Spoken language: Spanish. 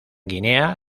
guinea